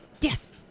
Yes